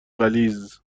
غلیظ